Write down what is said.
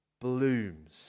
blooms